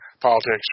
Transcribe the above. politics